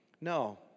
no